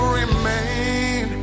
remain